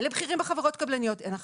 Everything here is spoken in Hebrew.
ולבכירים בחברות הקבלניות אין אחריות.